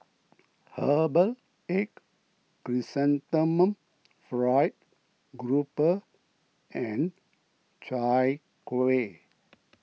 Herbal Egg Chrysanthemum Fried Grouper and Chai Kuih